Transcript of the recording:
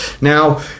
Now